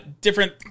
different